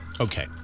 Okay